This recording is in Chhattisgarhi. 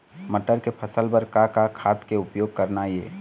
मटर के फसल बर का का खाद के उपयोग करना ये?